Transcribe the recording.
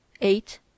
eight